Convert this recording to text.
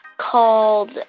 called